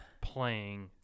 playing